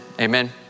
Amen